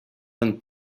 than